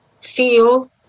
feel